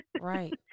Right